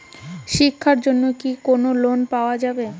শিক্ষার জন্যে কি কোনো লোন পাওয়া যাবে?